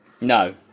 No